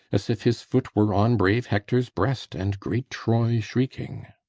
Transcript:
as if his foot were on brave hector's breast, and great troy shrinking.